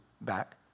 back